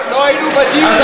אני אגיד לך מה, אנחנו